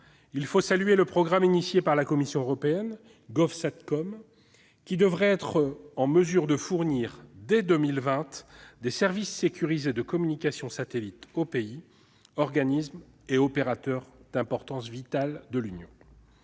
il faut saluer le programme initié par la Commission européenne, GovSatCom, qui devrait être en mesure de fournir, dès 2020, des services sécurisés de communication par satellite aux pays, organismes et opérateurs d'importance vitale de l'Union.